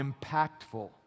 impactful